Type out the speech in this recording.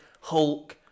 Hulk